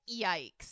yikes